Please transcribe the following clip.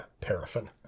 paraffin